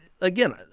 again